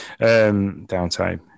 downtime